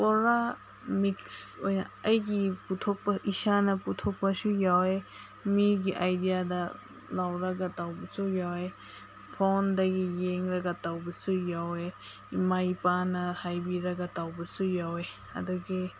ꯄꯨꯔꯥ ꯃꯤꯛꯁ ꯑꯣꯏꯅ ꯑꯩꯒꯤ ꯄꯨꯊꯣꯛꯄ ꯏꯁꯥꯅ ꯄꯨꯊꯣꯛꯄꯁꯨ ꯌꯥꯎꯋꯦ ꯃꯤꯒꯤ ꯑꯥꯏꯗꯤꯌꯥꯗ ꯂꯧꯔꯒ ꯇꯧꯕꯁꯨ ꯌꯥꯎꯋꯦ ꯐꯣꯟꯗꯒꯤ ꯌꯦꯡꯂꯒ ꯇꯧꯕꯁꯨ ꯌꯥꯎꯋꯦ ꯏꯃꯥ ꯏꯄꯥꯅ ꯍꯥꯏꯕꯤꯔꯒ ꯇꯧꯕꯁꯨ ꯌꯥꯎꯋꯦ ꯑꯗꯨꯒꯤ